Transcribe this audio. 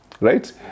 right